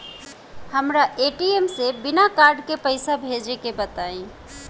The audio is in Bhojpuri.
हमरा ए.टी.एम से बिना कार्ड के पईसा भेजे के बताई?